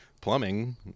plumbing